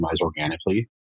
organically